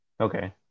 Okay